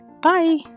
Bye